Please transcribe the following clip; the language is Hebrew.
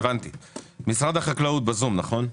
משרד החקלאות בזום, נכון?